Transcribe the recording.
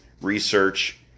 Research